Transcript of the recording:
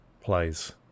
plays